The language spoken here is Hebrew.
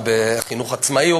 או בחינוך עצמאי,